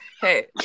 Hey